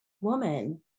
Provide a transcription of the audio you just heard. woman